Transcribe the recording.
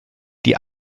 die